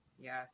Yes